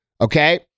Okay